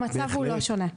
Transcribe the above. המצב הוא לא שונה.